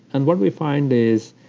and what we find is,